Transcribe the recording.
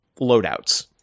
loadouts